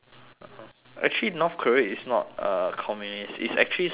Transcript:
actually north korea is not a communist it's actually socialist